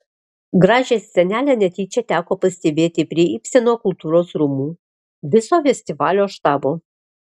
gražią scenelę netyčia teko pastebėti prie ibseno kultūros rūmų viso festivalio štabo